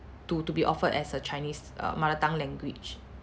to to be offered as a chinese err mother tongue language